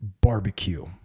barbecue